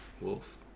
Wolf